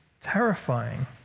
terrifying